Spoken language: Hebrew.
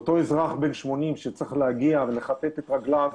לאותו אזרח בן 80 שצריך להגיע ולכתת את רגליו,